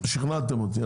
שכנעת אותי.